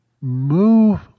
move